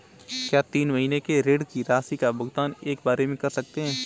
क्या तीन महीने के ऋण की राशि का भुगतान एक बार में कर सकते हैं?